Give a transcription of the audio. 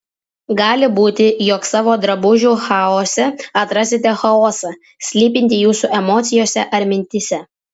gali būti jog savo drabužių chaose atrasite chaosą slypintį jūsų emocijose ar mintyse